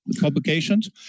Publications